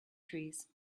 trees